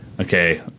okay